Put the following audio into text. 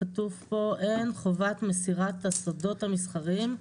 כתוב פה 'אין חובת מסירת הסודות המסחריים'.